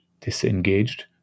disengaged